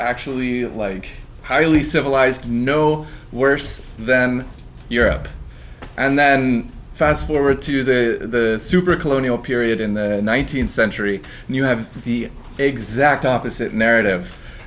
actually like highly civilized no worse than europe and then fast forward to the super colonial period in the nineteenth century and you have the exact opposite narrative